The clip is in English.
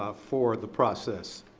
ah for the process.